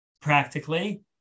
practically